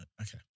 Okay